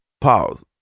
pause